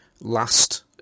last